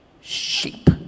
sheep